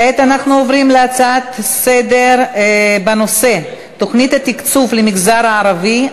כעת נעבור להצעה לסדר-היום בנושא: תוכנית התקצוב למגזר הערבי,